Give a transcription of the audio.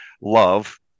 love